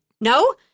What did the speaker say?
No